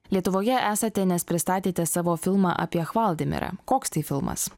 lietuvoje esate nes pristatėte savo filmą apie hvaldimirą koks tai filmas